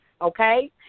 okay